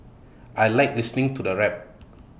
I Like listening to the rap